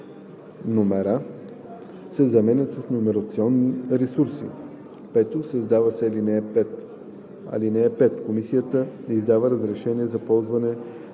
номера“ се заменят с „номерационни ресурси“. 5. Създава се ал. 5: „(5) Комисията издава разрешение за ползване